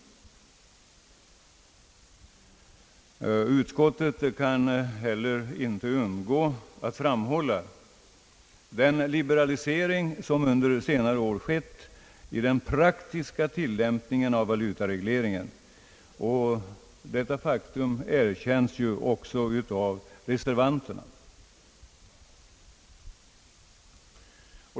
Utskottet kan heller inte undgå att framhålla den liberalisering, som under senare år skett i den praktiska tilllämpningen av valutaregleringen. Detta faktum erkänns också av reservanterna.